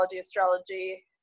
astrology